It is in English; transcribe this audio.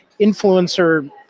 influencer